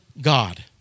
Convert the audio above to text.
God